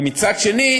ומצד אחר,